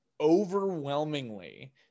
overwhelmingly